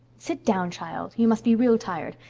sit down, child. you must be real tired.